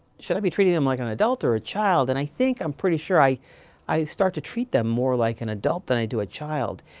should i be treating them like an adult or a child? and i think, i'm pretty sure, i i start to treat them more like an adult than i do a child.